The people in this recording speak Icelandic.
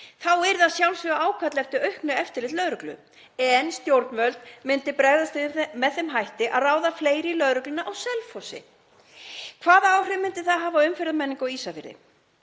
Þá yrði að sjálfsögðu ákall eftir auknu eftirliti lögreglu en stjórnvöld myndu bregðast við með þeim hætti að ráða fleiri lögreglumenn á Selfossi. Hvaða áhrif myndi það hafa á umferðarmenningu á Ísafirði?